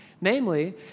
namely